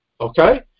Okay